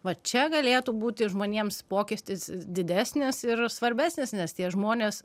va čia galėtų būti žmonėms mokestis didesnis ir svarbesnis nes tie žmonės